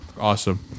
awesome